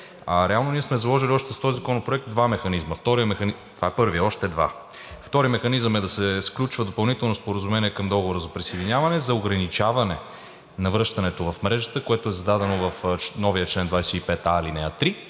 Реално ние сме заложили с този законопроект още два механизъма. Това е първият. Още два. Вторият механизъм е да се сключва допълнително споразумение към договора за присъединяване – за ограничаване на връщането в мрежата, което е зададено в новия чл. 25а, ал. 3.